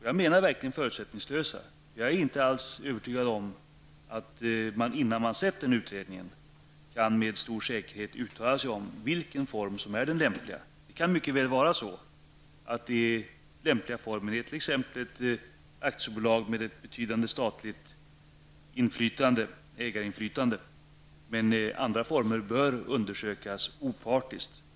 Jag är nämligen alls inte övertygad om att det, innan man har sett utredningen, går att med stor säkerhet uttala sig om vilken form som är den lämpliga. Den lämpliga formen kan mycket väl vara ett aktiebolag med ett betydande statligt ägarinflytande. Men också andra former bör undersökas opartiskt.